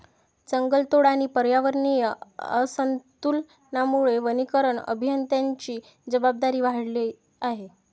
जंगलतोड आणि पर्यावरणीय असंतुलनामुळे वनीकरण अभियंत्यांची जबाबदारी वाढली आहे